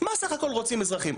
מה סך הכל רוצים האזרחים?